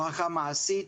ברכה מעשית,